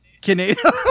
Canada